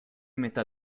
metà